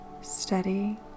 Steady